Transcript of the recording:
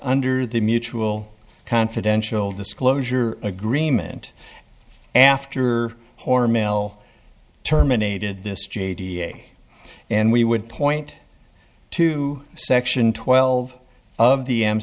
under the mutual confidential disclosure agreement after hormel terminated this j d and we would point to section twelve of the m